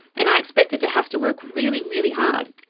and i expected to have to work really, really hard.